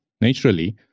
Naturally